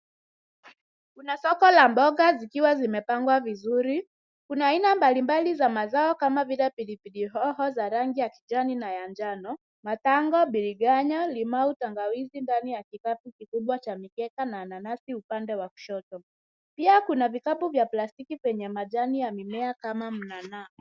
Kuna soko la mboga zikiwa zimepangwa vizuri. Kuna aina mbalimbali za mazao kama vile pilipili hoho za rangi ya kijani na ya njano, matango, biringanya, limau, tangawizi ndani ya kikapu kikubwa cha mikekan na nanasi upande wa kushoto. Pia kuna vikapu vya plastiki vyenye majani ya mimea kama mnanaa.